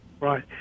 Right